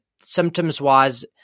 symptoms-wise